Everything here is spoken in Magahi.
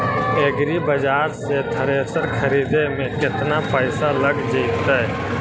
एग्रिबाजार से थ्रेसर खरिदे में केतना पैसा लग जितै?